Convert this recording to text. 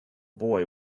boy